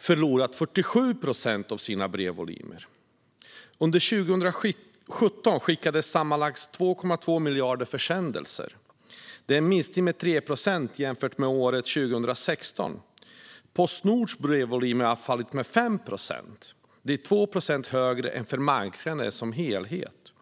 förlorat 47 procent av sina brevvolymer. Under 2017 skickades sammanlagt 2,2 miljarder försändelser. Det är en minskning med 3 procent jämfört med år 2016. Postnords brevvolymer har fallit med 5 procent - det är 2 procent högre än för marknaden som helhet.